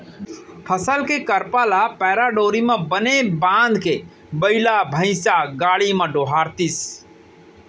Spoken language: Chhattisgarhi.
फसल के करपा ल पैरा डोरी म बने बांधके बइला भइसा गाड़ी म डोहारतिस